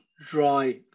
dry